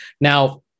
Now